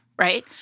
right